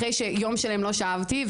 אחרי שיום שלם לא שאבתי,